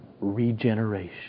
regeneration